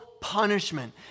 punishment